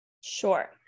Sure